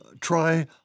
try